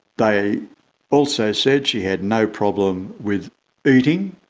they also said she had no problem with eating,